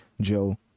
Joe